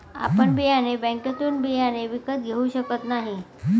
आपण बियाणे बँकेतून बियाणे विकत घेऊ शकत नाही